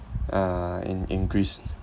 uh in in greece